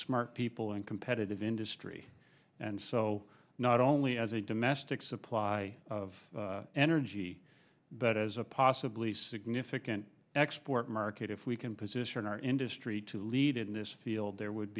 smart people and competitive industry and so not only as a domestic supply of energy but as a possibly significant export market if we can position our industry to lead in this field there would